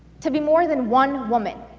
to be more than one woman,